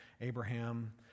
Abraham